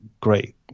great